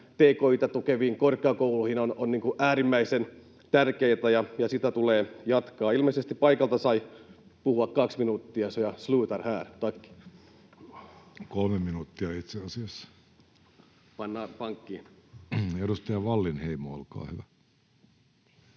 tukeviin korkeakouluihin ovat äärimmäisen tärkeitä, ja niitä tulee jatkaa. Ilmeisesti paikalta sai puhua kaksi minuuttia. Jag slutar här. — Tack. Kolme minuuttia itse asiassa. [Joakim Strand: Pannaan pankkiin!] — Edustaja Wallinheimo, olkaa hyvä.